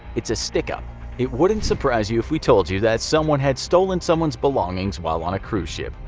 it's a stick up it wouldn't surprise you if we told you that someone has stolen someone's belongings while on a cruise ship.